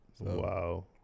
Wow